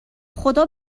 خدا